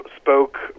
spoke